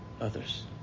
others